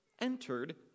entered